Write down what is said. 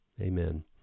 Amen